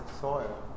soil